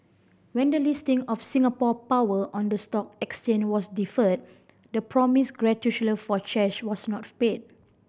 when the listing of Singapore Power on the stock exchange was deferred the promised for shares was not paid